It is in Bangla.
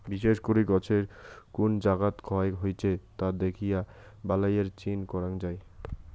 বিশেষ করি গছের কুন জাগাত ক্ষয় হইছে তা দ্যাখিয়া বালাইয়ের চিন করাং যাই